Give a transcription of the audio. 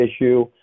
issue